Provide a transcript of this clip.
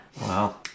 wow